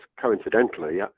coincidentally